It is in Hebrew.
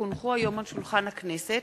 כי הונחו היום על שולחן הכנסת,